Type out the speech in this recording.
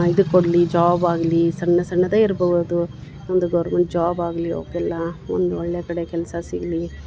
ಇದು ಕೊಡಲಿ ಜಾಬ್ ಆಗಲಿ ಸಣ್ಣ ಸಣ್ಣದ ಇರ್ಬಹುದು ಒಂದು ಗೌರ್ಮೆಂಟ್ ಜಾಬ್ ಆಗಲಿ ಅವ್ಕ್ಕೆಲ್ಲಾ ಒಂದು ಒಳ್ಳೆಯ ಕಡೆ ಕೆಲಸ ಸಿಗಲಿ